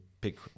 pick